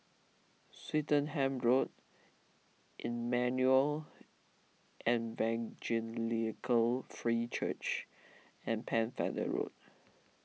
Swettenham Road Emmanuel Evangelical Free Church and Pennefather Road